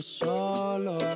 solo